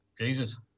Jesus